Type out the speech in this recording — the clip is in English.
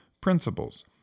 principles